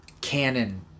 canon